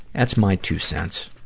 that's my two cents.